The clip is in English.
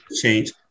change